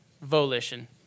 volition